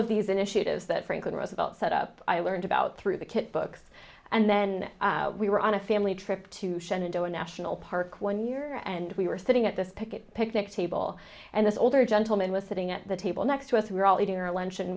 of these initiatives that franklin roosevelt set up i learned about through the kids books and then we were on a family trip to shenandoah national park one year and we were sitting at the picket picnic table and this older gentleman listening at the table next to us we were all eating our lunch and